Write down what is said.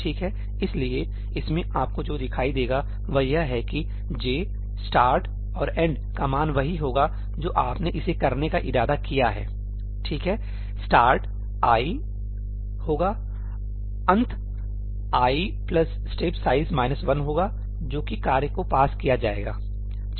ठीक है इसीलिए इसमें आपको जो दिखाई देगा वह यह है कि 'j " start' और 'end' का मान वही होगा जो आपने इसे करने का इरादा किया है ठीक है 'Start ' i होगा 'अंत ' i STEP SIZE 1 होगा जो कि कार्य को पास किया जाएगा